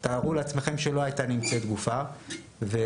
תארו לעצמכם שלא הייתה נמצאת גופה ואותו